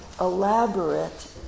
elaborate